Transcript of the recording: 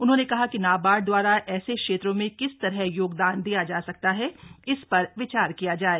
उन्होने कहा कि नाबार्ड द्वारा ऐसे क्षेत्रों में किस तरह योगदान दिया जा सकता हप्र इस पर विचार किया जाए